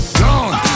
gone